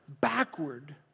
backward